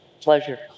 pleasure